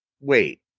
wait